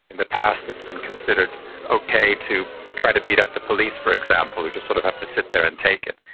in the past it has been considered okay to to try to beat up the police, for example, who just sort of have to sit there and take it,